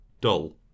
dull